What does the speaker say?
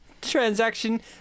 transaction